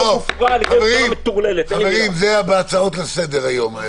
--- מטורללת --- חברים זה בהצעות לסדר-היום.